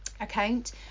account